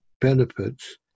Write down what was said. benefits